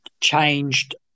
changed